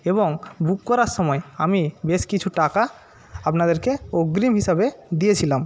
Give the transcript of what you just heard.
এবং বুক করার সময় আমি বেশ কিছু টাকা আপনাদেরকে অগ্রিম হিসাবে দিয়েছিলাম